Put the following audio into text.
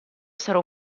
sarò